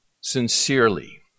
sincerely